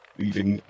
leaving